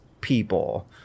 people